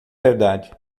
verdade